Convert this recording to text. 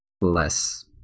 less